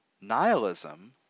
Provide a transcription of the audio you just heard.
nihilism